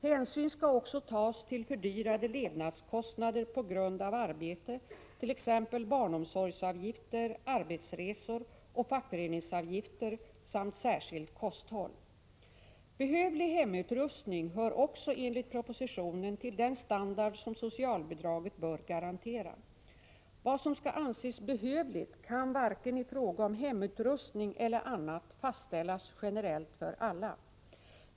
Hänsyn skall också tas till fördyrade levnadskostnader på grund av arbete, t.ex. barnomsorgsavgifter, arbetsresor och fackföreningsavgifter, samt särskilt kosthåll. Behövlig hemutrustning hör också enligt propositionen till den standard som socialbidraget bör garantera. Vad som skall anses behövligt kan varken i fråga om hemutrustning eller i fråga om annat fastställas generellt för alla.